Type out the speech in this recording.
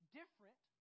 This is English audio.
different